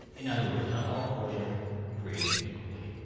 in other words not all cores are created equally.